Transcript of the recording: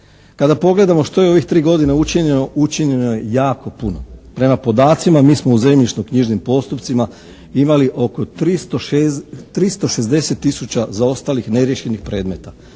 Kada pogledamo što je u ovih 3 godine učinjeno, učinjeno je jako puno. Prema podacima mi smo u zemljišno-knjižnim postupcima imali oko 360 tisuća zaostalih neriješenih predmeta.